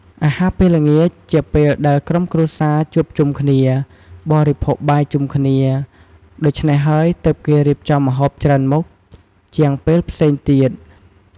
អាហារពេលល្ងាចជាពេលដែលក្រុមគ្រួសារជួបជុំគ្នា បរិភោគបាយជុំគ្នា ដូច្នេះហើយទើបគេរៀបចំម្ហូបច្រើនមុខជាងពេលផ្សេងទៀត ។